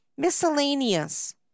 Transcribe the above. Miscellaneous